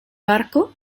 barco